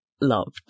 loved